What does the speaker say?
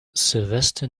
sylvester